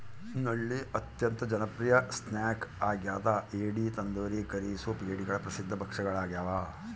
ನಳ್ಳಿ ಅತ್ಯಂತ ಜನಪ್ರಿಯ ಸ್ನ್ಯಾಕ್ ಆಗ್ಯದ ಏಡಿ ತಂದೂರಿ ಕರಿ ಸೂಪ್ ಏಡಿಗಳ ಪ್ರಸಿದ್ಧ ಭಕ್ಷ್ಯಗಳಾಗ್ಯವ